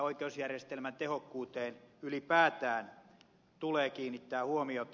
oikeusjärjestelmän tehokkuuteen ylipäätään tulee kiinnittää huomiota